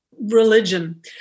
religion